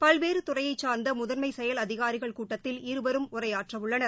பல்வேறு துறையைச் சாா்ந்த முதன்மை செயல் அதிகாரிகள் கூட்டத்தில் இருவரும் உரையாற்ற உள்ளனர்